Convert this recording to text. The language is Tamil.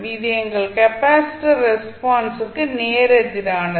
இது எங்கள் கெப்பாசிட்டர் ரெஸ்பான்ஸ் க்கு நேர் எதிரானது